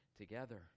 together